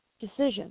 decision